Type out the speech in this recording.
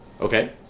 Okay